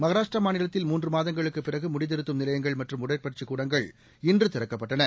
மகாராஷ்டிரா மாநிலத்தில் மூன்று மாதங்களுக்குப் பிறகு முடித்திருத்தும் நிலையங்கள் மற்றும் உடற்பயிற்சி கூடங்கள் இன்று திறக்கப்பட்டன